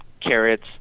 Carrots